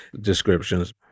descriptions